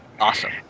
Awesome